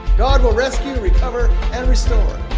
god will rescue, recover, and restore.